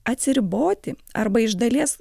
atsiriboti arba iš dalies